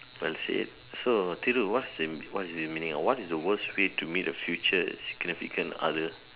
well said so Thiru what's the what's the meaning or what is the worst way to meet a future significant other